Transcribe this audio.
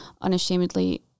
unashamedly